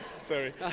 Sorry